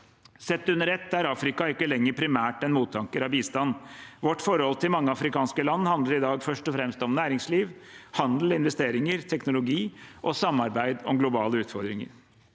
Sett under ett er Afrika ikke lenger primært en mottaker av bistand. Vårt forhold til mange afrikanske land handler i dag først og fremst om næringsliv, handel, investeringer, teknologi og samarbeid om globale utfordringer.